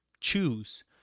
choose